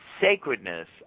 sacredness